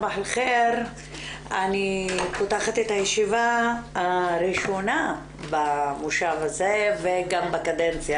אני פותחת את הישיבה הראשונה במושב הזה וגם בקדנציה